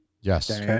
Yes